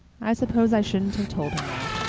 i suppose i shouldn't have told him that,